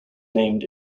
named